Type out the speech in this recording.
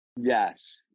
Yes